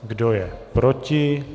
Kdo je proti?